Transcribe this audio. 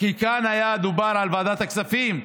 כי כאן דובר על ועדת הכספים.